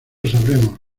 sabremos